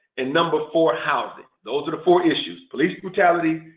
and number four housing. those are the four issues police brutality,